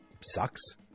sucks